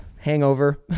hangover